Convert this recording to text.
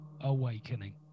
awakening